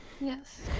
yes